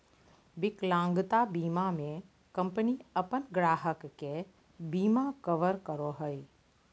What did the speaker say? विकलांगता बीमा में कंपनी अपन ग्राहक के बिमा कवर करो हइ